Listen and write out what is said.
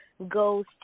Goes